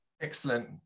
excellent